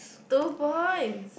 two points